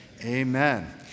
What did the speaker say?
amen